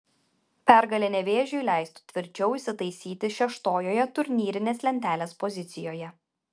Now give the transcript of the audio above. pergalė nevėžiui leistų tvirčiau įsitaisyti šeštojoje turnyrinės lentelės pozicijoje